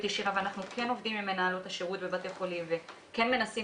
ישירה ואנחנו עובדים עם מנהלות השירות בבתי החולים וכן מנסים